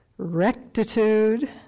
Rectitude